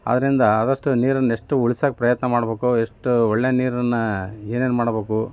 ಆದ್ದರಿಂದ ಆದಷ್ಟು ನೀರನ್ನು ಎಷ್ಟು ಉಳಿಸೋಕ್ಕೆ ಪ್ರಯತ್ನ ಮಾಡಬೇಕು ಎಷ್ಟು ಒಳ್ಳೆ ನೀರನ್ನು ಏನೇನು ಮಾಡಬೇಕು